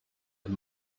had